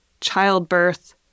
childbirth